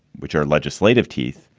which are legislative teeth,